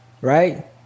Right